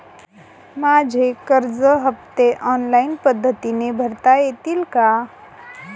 माझे कर्ज हफ्ते ऑनलाईन पद्धतीने भरता येतील का?